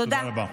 תודה.